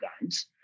games